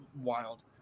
wild